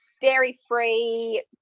Dairy-free